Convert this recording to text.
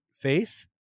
Faith